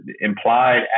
implied